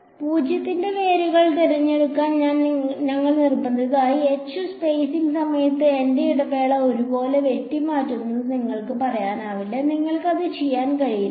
oന്റെ വേരുകൾ തിരഞ്ഞെടുക്കാൻ നിങ്ങൾ നിർബന്ധിതരായി h സ്പെയ്സിംഗ് സമയത്ത് എന്റെ ഇടവേള ഒരേപോലെ വെട്ടിമാറ്റുമെന്ന് നിങ്ങൾക്ക് പറയാനാവില്ല നിങ്ങൾക്ക് അത് ചെയ്യാൻ കഴിയില്ല